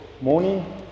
morning